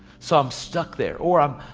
so i'm stuck there. or i'm,